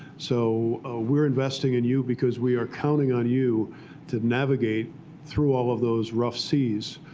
so we're investing in you, because we are counting on you to navigate through all of those rough seas.